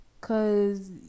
cause